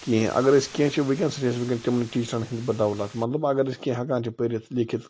کہیٖنۍ اگر أسۍ کیٚنٛہہ چھِ وُنٛکیٚن سُہ چھِ أسۍ وُنٛکیٚن تِمنٕے ٹیٖچرن ہنٛدۍ بدولت مطلب اگر أسۍ کیٚنٛہہ ہیٚکان چھِ پٔرتھ لیِٚکھتھ